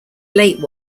late